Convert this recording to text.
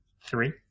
Three